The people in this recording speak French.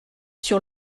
sur